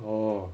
orh